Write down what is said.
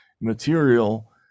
material